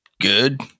Good